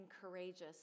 courageous